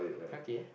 okay